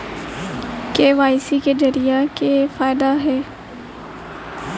KYC जरिए के का फायदा हे?